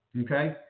Okay